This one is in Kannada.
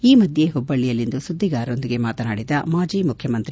ಈ ಮಧ್ಯೆ ಪುಬ್ಬಳ್ಳಿಯಲ್ಲಿಂದು ಸುದ್ದಿಗಾರರೊಂದಿಗೆ ಮಾತನಾಡಿದ ಮಾಜಿ ಮುಖ್ಯಮಂತ್ರಿ